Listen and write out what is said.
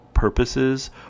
purposes